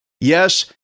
Yes